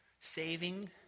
Saving